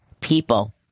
people